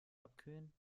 abkühlen